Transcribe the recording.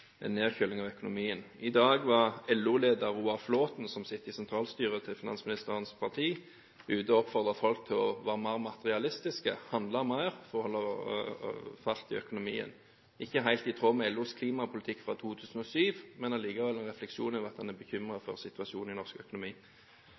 en nedkjøling av økonomien. I dag var LO-leder Roar Flåthen, som sitter i sentralstyret til finansministerens parti, ute og oppfordret folk til å være mer materialistiske – handle mer – for å holde fart i økonomien. Det er ikke helt i tråd med LOs klimapolitikk fra 2007, men likevel en refleksjon over at han er